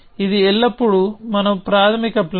ఇది ఎల్లప్పుడూ మన ప్రాథమిక ప్లాన్